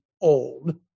old